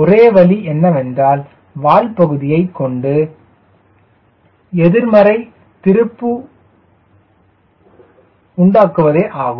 ஒரே வழி என்னவென்றால் வால் பகுதியை கொண்டு எதிர்மறை திருப்புமையை உண்டாக்குவதே ஆகும்